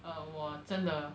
err 我真的